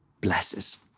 blesses